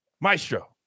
Maestro